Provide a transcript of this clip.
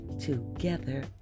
together